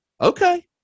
okay